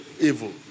evil